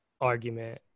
argument